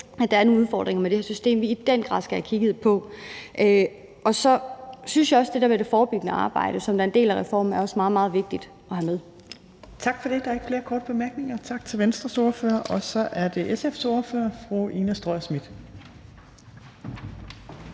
at der er nogle udfordringer med det her system, vi i den grad skal have kigget på. Så synes jeg også, at det forebyggende arbejde, som er en del af reformen, er meget, meget vigtigt at have med. Kl. 17:38 Tredje næstformand (Trine Torp): Tak for det. Der er ikke flere korte bemærkninger. Tak til Venstres ordfører. Og så er det SF's ordfører, fru Ina Strøjer-Schmidt.